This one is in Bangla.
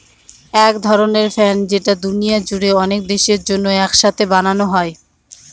এক ধরনের ফান্ড যেটা দুনিয়া জুড়ে অনেক দেশের জন্য এক সাথে বানানো হয়